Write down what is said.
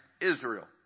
Israel